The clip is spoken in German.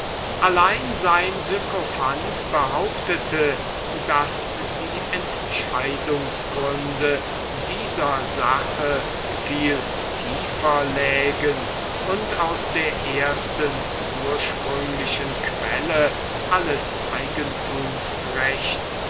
allein sein sykophant behauptete daß die entscheidungsgründe dieser sache viel tiefer lägen und aus der ersten ursprünglichen quelle alles